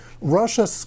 Russia